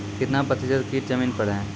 कितना प्रतिसत कीट जमीन पर हैं?